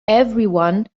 everyone